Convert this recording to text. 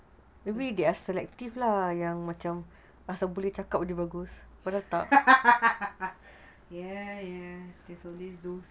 yes yes it's always those